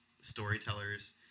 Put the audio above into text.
storytellers